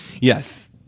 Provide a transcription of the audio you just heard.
Yes